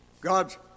God's